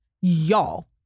y'all